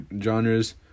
genres